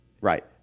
Right